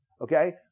Okay